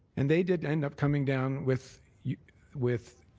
and they did end up coming down with yeah with,